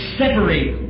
separate